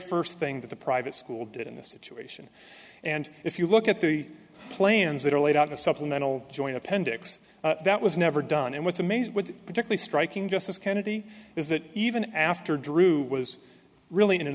first thing that the private school did in this situation and if you look at the plans that are laid out a supplemental joint appendix that was never done and what's amazing particularly striking justice kennedy is that even after drew was really